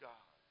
God